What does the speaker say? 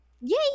Yay